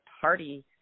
party